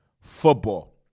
football